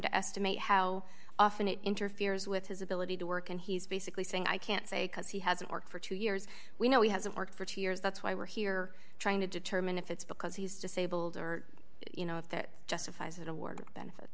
to estimate how often it interferes with his ability to work and he's basically saying i can't say because he hasn't worked for two years we know he hasn't worked for two years that's why we're here trying to determine if it's because he's disabled or you know if that justifies it award benefits